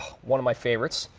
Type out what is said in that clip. one of my favorites.